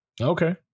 Okay